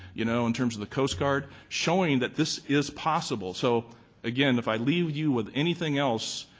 your know, in terms of the coast guard showing that this is possible. so again if i leave you with anything else,